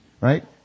right